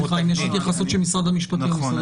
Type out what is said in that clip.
התייחסות משרד המשפטים, בבקשה.